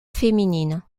féminines